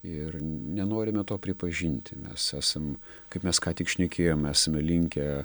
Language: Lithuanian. ir nenorime to pripažinti mes esam kaip mes ką tik šnekėjom esame linkę